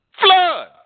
Flood